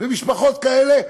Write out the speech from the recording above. ומשפחות כאלה,